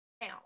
now